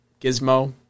gizmo